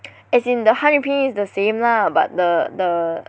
as in the 汉语拼音 is the same lah but the the